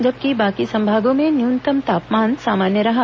जबकि बाकी संभागों में न्यूनतम तापमान सामान्य रहा